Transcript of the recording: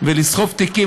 ולסחוב תיקים,